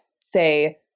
say